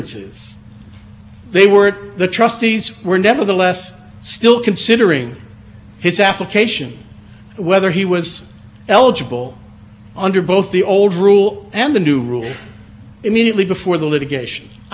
immediately before the litigation i think those are easily distinguishable from this situation where the plan and the employer consistently said you are not a participant in this plan and so i think th